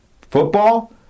football